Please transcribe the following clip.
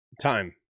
Time